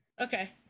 okay